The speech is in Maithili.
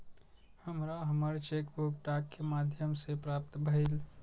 हमरा हमर चेक बुक डाक के माध्यम से प्राप्त भईल